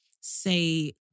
say